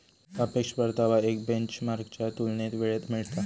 सापेक्ष परतावा एक बेंचमार्कच्या तुलनेत वेळेत मिळता